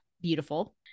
beautiful